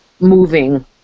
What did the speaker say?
Moving